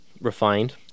refined